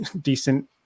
decent